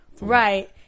Right